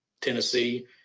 Tennessee